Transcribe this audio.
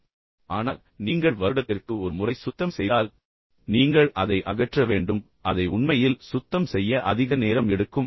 ஆனால் நீங்கள் ஆறு மாதங்களுக்கு அல்லது ஒரு வருடத்திற்கு ஒரு முறை சுத்தம் செய்தால் எனவே நீங்கள் அதை அகற்ற வேண்டும் பின்னர் அதை உண்மையில் சுத்தம் செய்ய அதிக நேரம் எடுக்கும்